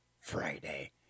Friday